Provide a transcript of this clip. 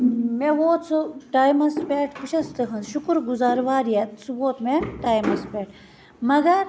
مےٚ ووت سُہ ٹایمَس پیٚٹھ بہٕ چھَس تُہٕنٛز شُکُر گُزار واریاہ سُہ ووت مےٚ ٹایمَس پیٚٹھ مگر